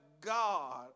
God